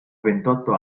ventotto